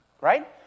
right